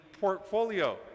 portfolio